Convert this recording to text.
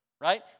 Right